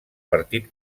partit